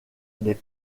des